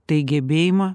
tai gebėjimą